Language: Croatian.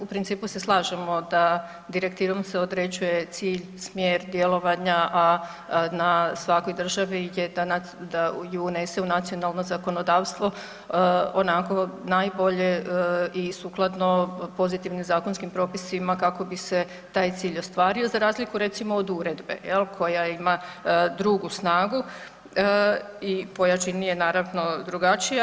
U principu se slažemo da direktivom se određuje cilj i smjer djelovanja, a na svakoj državi je da ju unese u nacionalno zakonodavstvo onako najbolje i sukladno pozitivnim zakonskim propisima kako bi se taj cilj ostvario za razliku recimo od uredbe jel koja ima drugu snagu i po jačini je naravno drugačija.